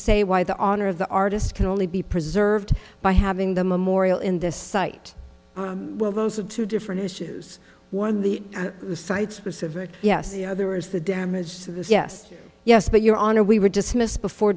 say why the honor of the artist can only be preserved by having the memorial in this site well those are two different issues one the site specific yes the other is the damage to the yes yes but your honor we were dismissed before